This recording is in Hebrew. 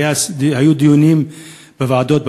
היו דיונים בוועדות,